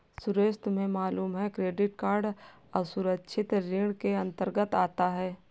सुरेश तुम्हें मालूम है क्रेडिट कार्ड असुरक्षित ऋण के अंतर्गत आता है